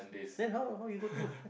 then how how you go to work